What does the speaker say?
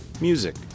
music